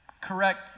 correct